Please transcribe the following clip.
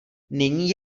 není